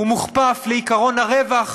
מוכפף לעקרון הרווח